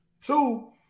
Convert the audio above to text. Two